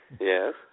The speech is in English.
Yes